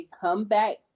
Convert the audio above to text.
comeback